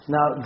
Now